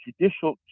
judicial